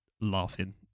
laughing